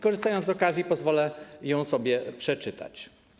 Korzystając z okazji, pozwolę ją sobie przeczytać.